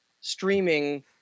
streaming